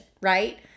right